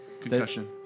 concussion